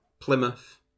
Plymouth